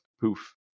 poof